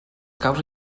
caus